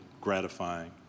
gratifying